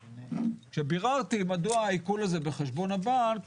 כשביררתי מדוע העיקול הזה בחשבון הבנק